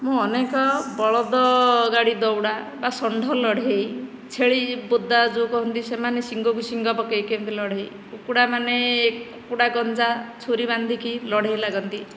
ମୁଁ ଅନେକ ବଳଦ ଗାଡ଼ି ଦୌଡ଼ା ବା ଷଣ୍ଢ ଲଢ଼େଇ ଛେଳି ବୋଦା ଯେଉଁ କୁହନ୍ତି ସେମାନେ ଶିଙ୍ଗକୁ ଶିଙ୍ଗ ପକେଇ କେମତି ଲଢ଼େଇ କୁକୁଡ଼ା ମାନେ କୁକୁଡ଼ା ଗଞ୍ଜା ଛୁରୀ ବାନ୍ଧିକି ଲଢ଼େଇ ଲାଗନ୍ତି